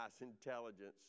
intelligence